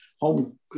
home